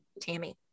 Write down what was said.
Tammy